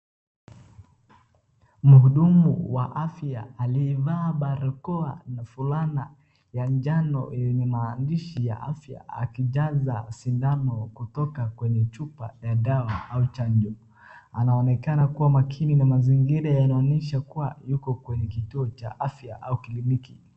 Mhundumu wa afya aliyevaa barakoa fulana ya njano yenye maandishi ya afya akijaza sindano kutoka kwenye chupa ya dawa au chanjo anaonekana kuwa makini na mazingira yanaonyesha yuko kituo cha afya au cliniki.